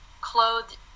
clothed